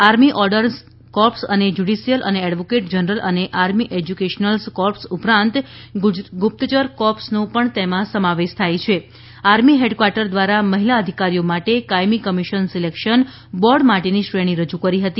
army ordnance corps અને judicial અને advocate general અને આર્મી એજ્યુકેશનલ કોર્પ્સ ઉપરાંત ગુપ્તચર કોર્પ્સનો પણ તેમાં સમાવેશ થાય છે આર્મી હેડક્વાર્ટર દ્વારા મહિલા અધિકારીઓ માટે કાયમી કમિશન સિલેક્શન બોર્ડ માટેની શ્રેણી રજૂ કરી હતી